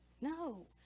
No